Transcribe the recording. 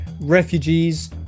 Refugees